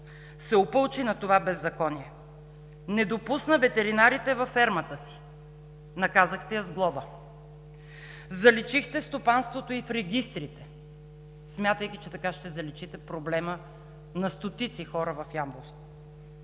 се опълчи на това беззаконие. Не допусна ветеринарите във фермата си. Наказахте я с глоба. Заличихте стопанството ѝ в регистрите, смятайки, че така ще заличите проблема на стотици хора в Ямболско,